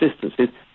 distances